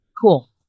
Cool